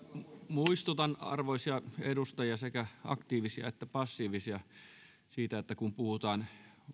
muistutan arvoisia edustajia sekä aktiivisia että passiivisia siitä että kun puhutaan